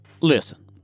listen